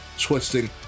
twisting